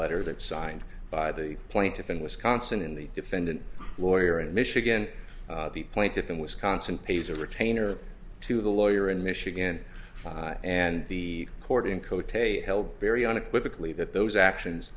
letter that signed by the plaintiff in wisconsin in the defendant lawyer in michigan the plaintiff in wisconsin pays a retainer to the lawyer in michigan and the court in ct held very unequivocal e that those actions